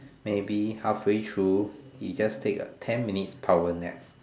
maybe halfway through he just take a ten minutes power nap